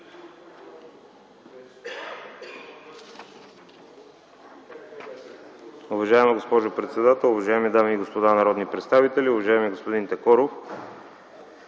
Уважаема госпожо председател, уважаеми дами и господа народни представители, уважаеми господин Такоров!